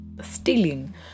stealing